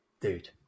Dude